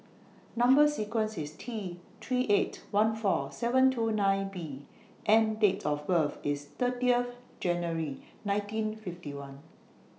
Number sequence IS T three eight one four seven two nine B and Date of birth IS thirtieth January nineteen fifty one